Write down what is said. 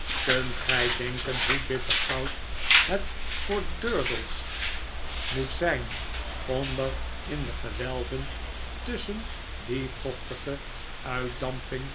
kunt gij denken hoe bitter koud het voor durdels moet zijn onder in de gewelven tusschen die vochtige